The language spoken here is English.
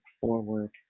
forward